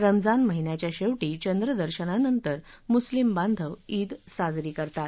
रमजान महिन्याच्या शेवरी चंद्रदर्शनानंतर मुस्लीम बांधव ईद साजरी करतात